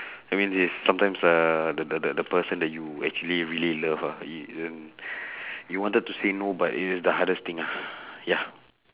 I mean yes sometimes uh the the the the person that you actually really love ah you you wanted to say no but it's the hardest thing ah ya